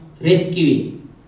rescuing